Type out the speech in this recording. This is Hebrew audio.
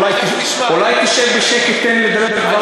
אז אולי להתחלה תשב בשקט ותן לי לדבר.